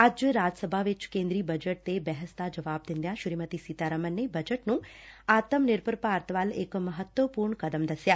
ਅੱਜ ਰਾਜ ਸਭਾ ਚ ਕੇਦਰੀ ਬਜਟ ਤੇ ਬਹਿਸ ਦਾ ਜਵਾਬ ਦਿਂਦਿਆਂ ਸ੍ਰੀਮਤੀ ਸੀਤਾਰਮਨ ਨੇ ਬਜਟ ਨੂੰ ਆਤਮ ਨਿਰਭਰ ਭਾਰਤ ਵੱਲ ਇਕ ਮਹਤਵਪੁਰਨ ਕਦਮ ਦਸਿਆ